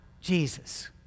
Jesus